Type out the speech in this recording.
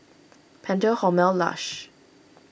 Pentel Hormel Lush